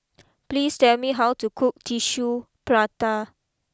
please tell me how to cook Tissue Prata